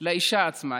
לאישה עצמה.